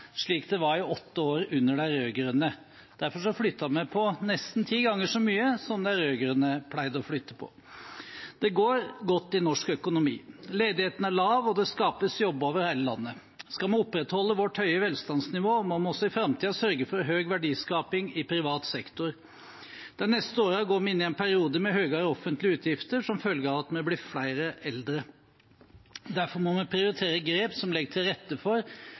slik det var i åtte år under de rød-grønne. Derfor flyttet vi på nesten ti ganger så mye som de rød-grønne pleide å flytte på. Det går godt i norsk økonomi. Ledigheten er lav, og det skapes jobber over hele landet. Skal vi opprettholde vårt høye velstandsnivå, må vi også i framtiden sørge for høy verdiskaping i privat sektor. De neste årene går vi inn i en periode med høyere offentlige utgifter som følge av at vi blir flere eldre. Derfor må vi prioritere grep som legger til rette for